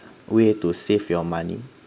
way to save your money